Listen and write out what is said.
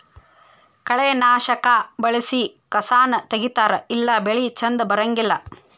ಕಳೆನಾಶಕಾ ಬಳಸಿ ಕಸಾನ ತಗಿತಾರ ಇಲ್ಲಾ ಬೆಳಿ ಚಂದ ಬರಂಗಿಲ್ಲಾ